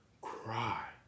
Cry